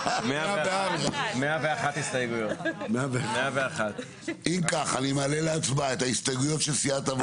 הצבעה ההסתייגויות נדחו אם כך ההסתייגויות של קבוצת יש עתיד לא התקבלו.